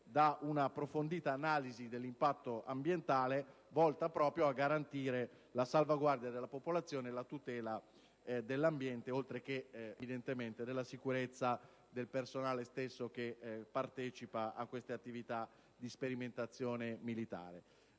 da un'approfondita analisi dell'impatto ambientale, volta proprio a garantire la salvaguardia della popolazione e la tutela dell'ambiente, oltre che della sicurezza del personale stesso che partecipa a tali attività di sperimentazione militare.